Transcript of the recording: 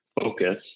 focus